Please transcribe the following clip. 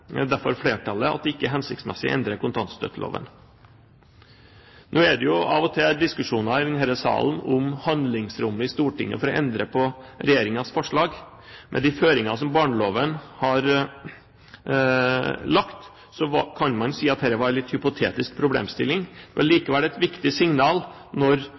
mener derfor flertallet at det ikke er hensiktsmessig å endre kontantstøtteloven. Nå er det jo av og til diskusjoner i denne salen om handlingsrommet i Stortinget for å endre på regjeringens forslag. Med de føringer som barneloven har lagt, kan man si at dette var en litt hypotetisk problemstilling, men likevel et viktig signal når